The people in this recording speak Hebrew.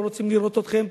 לא רוצים לראות אתכם.